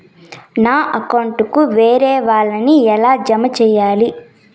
నా అకౌంట్ కు వేరే వాళ్ళ ని ఎలా జామ సేయాలి?